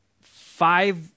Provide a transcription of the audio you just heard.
five